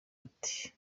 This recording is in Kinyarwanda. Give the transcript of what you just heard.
ati